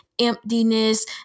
emptiness